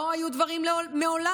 לא היו דברים מעולם.